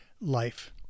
life